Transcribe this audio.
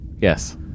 Yes